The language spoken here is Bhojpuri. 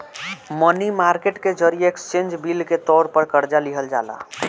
मनी मार्केट के जरिए एक्सचेंज बिल के तौर पर कर्जा लिहल जाला